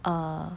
err